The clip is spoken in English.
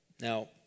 Now